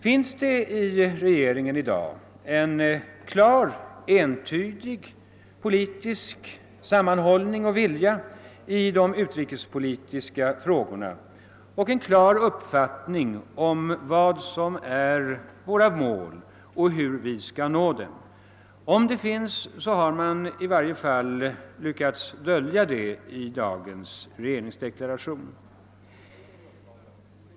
Finns det i regeringen i dag en bestämd entydig politisk sammanhållning och vilja i de utrikespolitiska frågorna och en klar uppfattning om vad som är våra mål och hur vi skall nå dem? Om detta finns, har man i varje fall lyckats dölja det i dagens regeringsdeklaration.